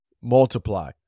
multiply